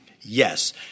Yes